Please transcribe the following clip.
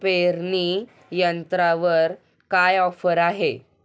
पेरणी यंत्रावर काय ऑफर आहे?